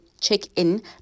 check-in